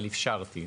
אבל אפשרתי.